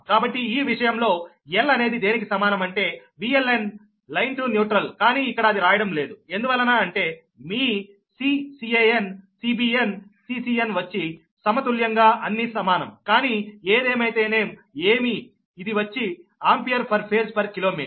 కాబట్టి ఈ విషయంలో L అనేది దేనికి సమానం అంటే VLN లైన్ టు న్యూట్రల్కానీ ఇక్కడ అది రాయడం లేదు ఎందువలన అంటే మీ C Can Cbn Ccn వచ్చి సమతుల్యంగా అన్నీ సమానం కానీ ఏదేమైతేనేం ఏమి ఇది వచ్చి ampere per phase per kilometre